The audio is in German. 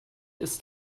ist